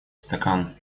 стакан